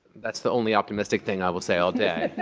that's the only optimistic thing i will say all day.